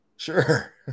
Sure